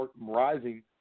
rising